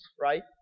right